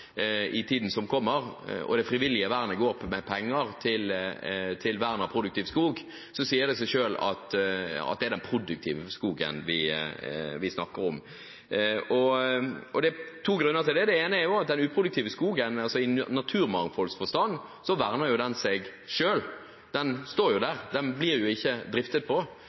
i tiden som kommer, og at det til det frivillige vernet går med penger til vern av produktiv skog, sier det seg selv at det er den produktive skogen vi snakker om. Det er to grunner til det, bl.a. at den uproduktive skogen – altså i naturmangfoldsforstand – verner seg selv. Den står jo der, og den blir ikke driftet.